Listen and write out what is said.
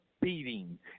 beating